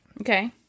Okay